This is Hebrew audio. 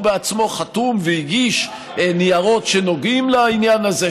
הוא בעצמו חתום והגיש ניירות שנוגעים לעניין הזה,